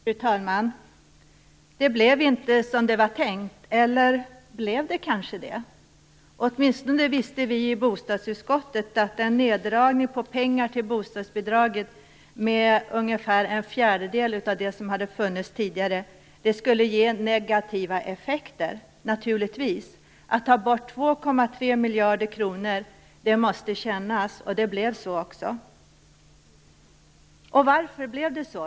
Fru talman! Det blev inte som det var tänkt - eller blev det kanske det? Åtminstone visste vi i bostadsutskottet att neddragningen av pengarna till bostadsbidraget med ungefär en fjärdedel av det som fanns tidigare skulle ge negativa effekter - naturligtvis!. Att ta bort 2,3 miljarder kronor måste kännas, och så blev det också. Varför blev det så?